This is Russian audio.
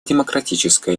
демократической